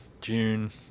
june